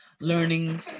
learning